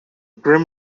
grim